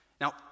Now